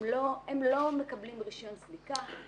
הם לא מקבלים רישיון סליקה.